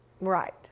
Right